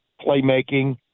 playmaking